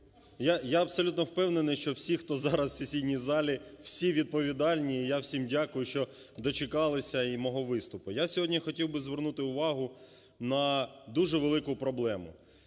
Я абсолютно впевнений, що всі, хто зараз в сесійній залі, всі відповідальні, і я всім дякую, що дочекалися і мого виступу. Я сьогодні хотів би звернути увагу на дуже велику проблему.